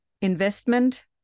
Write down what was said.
investment